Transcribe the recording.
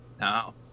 no